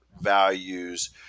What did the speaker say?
values